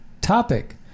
topic